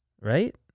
right